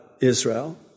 Israel